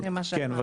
כן.